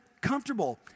comfortable